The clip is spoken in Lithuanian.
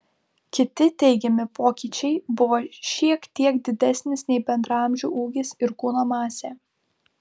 kiti teigiami pokyčiai buvo šiek tiek didesnis nei bendraamžių ūgis ir kūno masė